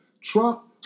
Trump